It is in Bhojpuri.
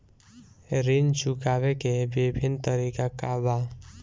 ऋण चुकावे के विभिन्न तरीका का बा?